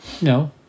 No